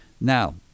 Now